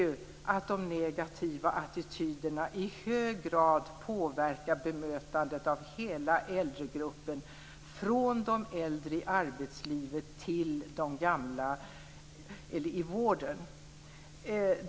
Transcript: Vi vet att negativa attityder i hög grad påverkar bemötandet av hela äldregruppen - från de äldre i arbetslivet till de gamla i vården.